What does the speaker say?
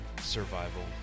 survival